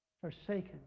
Forsaken